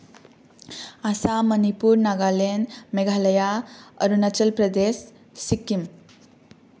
Assam Manipur Nagaland Meghalaya Arunachal Pradesh Sikkim